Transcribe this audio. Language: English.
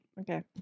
Okay